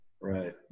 Right